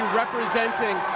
representing